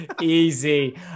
easy